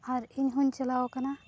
ᱟᱨ ᱤᱧᱦᱚᱧ ᱪᱟᱞᱟᱣ ᱟᱠᱟᱱᱟ